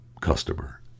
customer